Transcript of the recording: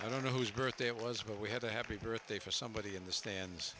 i don't know whose birthday it was but we had a happy birthday for somebody in the stands